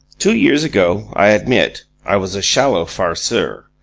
two years ago, i admit, i was a shallow farceur.